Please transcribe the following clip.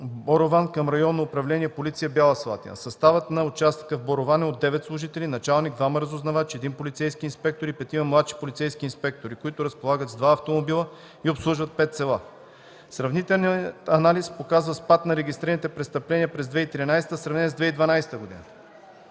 Борован към Районно управление „Полиция” – Бяла Слатина. Съставът на участъка в Борован е от девет служители – началник, двама разузнавачи, един полицейски инспектор и петима младши полицейски инспектори, които разполагат с два автомобила и обслужват пет села. Сравнителният анализ показва спад на регистрираните престъпления през 2013 в сравнение с 2012 г.